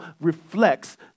reflects